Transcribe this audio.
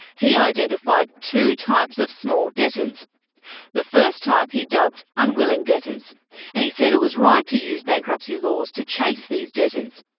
he identified two types of small debtors. the first type he dubbed unwilling debtors and he said it was right to use bankruptcy laws to chase these debtors.